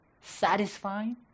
Satisfying